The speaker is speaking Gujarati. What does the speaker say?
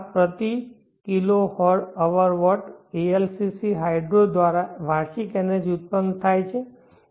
પ્રતિ kHW ALCC હાઇડ્રો દ્વારા વાર્ષિક એનર્જી ઉત્પન્ન થાય છે